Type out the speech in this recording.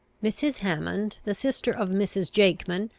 mrs. hammond, the sister of mrs. jakeman,